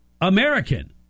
American